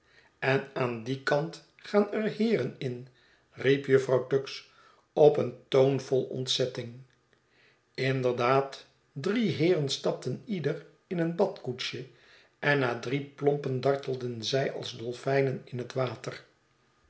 en aan dien kant gaan er heeren in riep jufvrouw tuggs qp een toon vol ontzetting inderdaad drie iieeren stapten ieder in een badkoetsje en na drie plompen dartelden zij als dolfijnen in het water